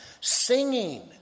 singing